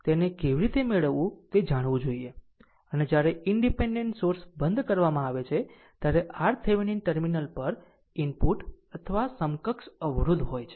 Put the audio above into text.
તેને કેવી રીતે મેળવવું તે જાણવું જોઈએ અને જ્યારે ઈનડીપેનડેન્ટ સોર્સ બંધ કરવામાં આવે ત્યારે RThevenin ટર્મિનલ પર ઇનપુટ અથવા સમકક્ષ અવરોધ હોય છે